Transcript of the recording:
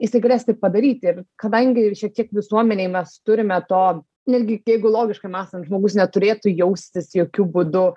jisai galės tai padaryti ir kadangi ir šiek tiek visuomenėj mes turime to netgi jeigu logiškai mąstant žmogus neturėtų jaustis jokiu būdu